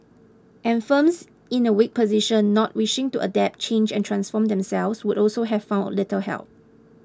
and firms in a weak position not wishing to adapt change and transform themselves would also have found little help